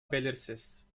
belirsiz